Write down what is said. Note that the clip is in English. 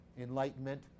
enlightenment